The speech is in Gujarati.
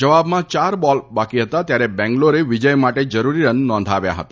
જવાબમાં યાર બોલ બાકી હતા ત્યારે બેંગ્લોરે વિજય માટે જરૂરી રન નોંધાવ્યા હતા